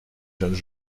jeunes